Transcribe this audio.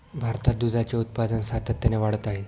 भारतात दुधाचे उत्पादन सातत्याने वाढत आहे